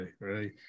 right